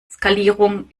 skalierung